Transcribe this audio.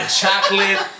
chocolate